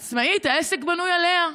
עצמאית, העסק בנוי עליה.